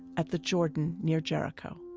at the jordan near jericho.